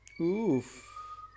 Oof